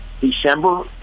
December